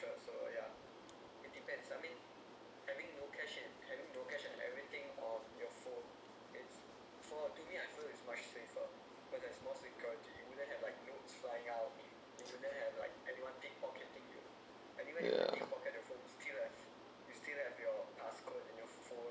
yeah